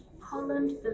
Holland